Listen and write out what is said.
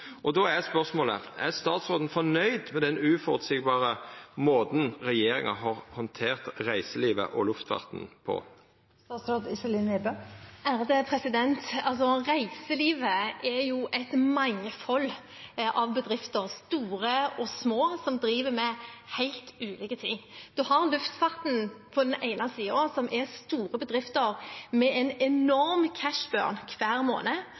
er spørsmålet: Er statsråden fornøgd med den uføreseielege måten regjeringa har handtert reiselivet og luftfarten på? Reiselivet er jo et mangfold av bedrifter – store og små – som driver med helt ulike ting. En har luftfarten på den ene siden, som er store bedrifter med en enorm «cash burn» hver måned,